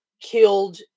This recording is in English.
killed